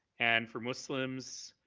and for muslims,